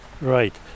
Right